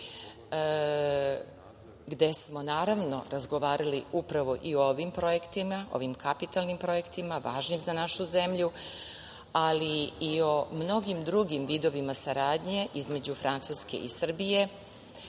gde smo, naravno, razgovarali upravo i o ovim projektima, kapitalnim projektima, važnim za našu zemlju, ali i o mnogim drugim vidovima saradnje između Francuske i Srbije. Zna